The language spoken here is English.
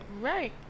right